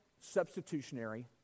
substitutionary